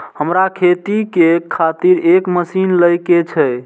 हमरा खेती के खातिर एक मशीन ले के छे?